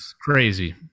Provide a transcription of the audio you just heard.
crazy